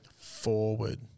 forward